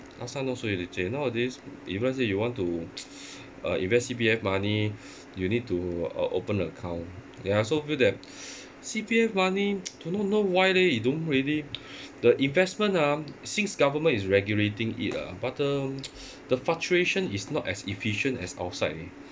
last time not so leceh nowadays if let's say you want to uh invest C_P_F money you need to uh open account ya so I feel that C_P_F money do not know why leh it don't really the investment ah since government is regulating it ah but the the fluctuation is not as efficient as outside leh